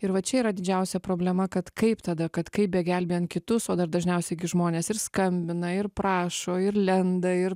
ir va čia yra didžiausia problema kad kaip tada kad kaip begelbėjant kitus o dar dažniausiai gi žmonės ir skambina ir prašo ir lenda ir